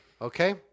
Okay